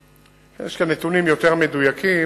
יש כאן נתונים יותר מדויקים.